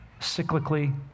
cyclically